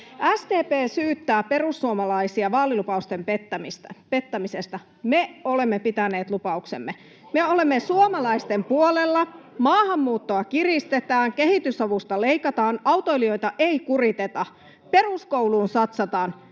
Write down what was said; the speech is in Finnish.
SDP syyttää perussuomalaisia vaalilupausten pettämisestä. Me olemme pitäneet lupauksemme. Me olemme suomalaisten puolella. Maahanmuuttoa kiristetään, kehitysavusta leikataan, autoilijoita ei kuriteta, peruskouluun satsataan.